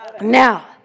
Now